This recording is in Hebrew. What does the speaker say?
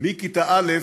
מכיתה א'